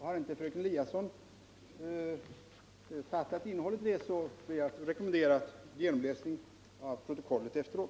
Har inte fröken Eliasson fattat innehållet i det, ber jag att få rekommendera en genomläsning av protokollet efteråt.